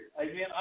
Amen